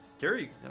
Gary